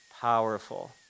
powerful